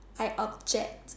I object